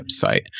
website